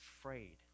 afraid